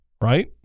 right